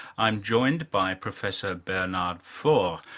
i'm joined by professor bernard faure,